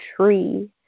tree